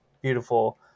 beautiful